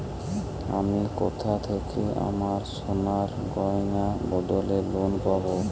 আমি কোথা থেকে আমার সোনার গয়নার বদলে লোন পাবো?